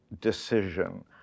decision